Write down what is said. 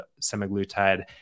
semaglutide